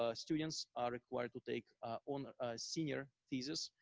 ah students are required to take on senior theses.